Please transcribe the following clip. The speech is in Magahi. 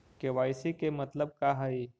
के.वाई.सी के मतलब का हई?